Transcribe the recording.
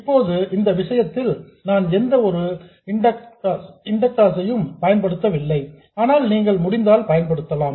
இப்போது இந்த விஷயத்தில் நான் எந்த ஒரு இண்டக்டர்ஸ் யும் பயன்படுத்தவில்லை ஆனால் நீங்கள் முடிந்தால் பயன்படுத்தலாம்